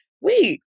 Wait